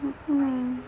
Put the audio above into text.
(uh huh)